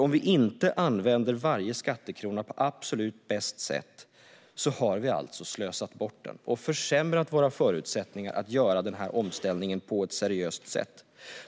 Om vi inte använder varje skattekrona på absolut bästa sätt har vi slösat bort den och försämrat våra förutsättningar att göra omställningen på ett seriöst sätt.